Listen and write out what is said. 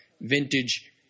vintage